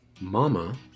Mama